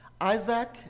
Isaac